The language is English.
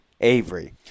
Avery